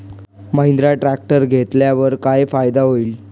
Mahindra tractor घेतल्यावर काय फायदा होईल?